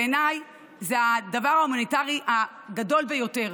בעיניי זה הדבר ההומניטרי הגדול ביותר,